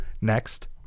next